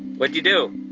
what'd you do?